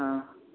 हँ